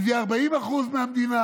אם זה יהיה 40% מהמדינה,